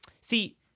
see